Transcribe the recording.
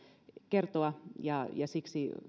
kertoa ja siksi